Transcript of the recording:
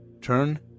Turn